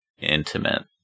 intimate